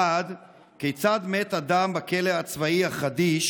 1. כיצד מת אדם בכלא הצבאי החדיש,